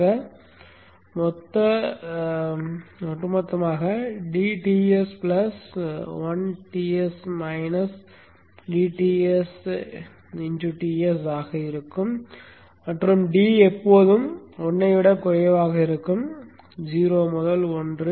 ஆக மொத்த ஒட்டுமொத்த dTs 1Ts dTs Ts ஆக இருக்கும் மற்றும் d எப்போதும் 1 ஐ விட குறைவாக இருக்கும் 0 முதல் 1